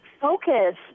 focus